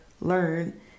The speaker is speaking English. learn